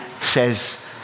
Says